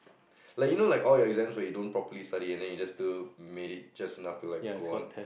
like you know like all your exam you don't properly study and then you just to make it just enough to like go on